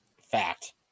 Fact